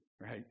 Right